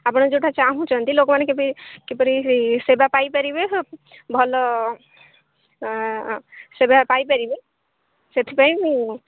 ଆପଣ ଯୋଉଟା ଚାହୁଁଛନ୍ତି ଲୋକମାନେ କେବେ କିପରି ସେବା ପାଇପାରିବେ ଭଲ ସେବା ପାଇପାରିବେ ସେଥିପାଇଁ ମୁଁ